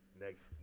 next